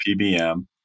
PBM